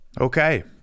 Okay